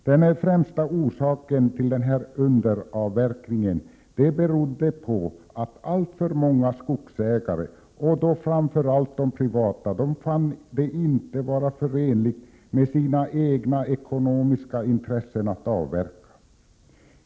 Den främsta orsaken till denna underavverkning var att alltför många skogsägare — framför allt de privata — inte fann det förenligt med sina egna ekonomiska intressen att avverka.